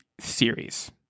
series